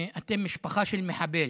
אתם משפחה של מחבל.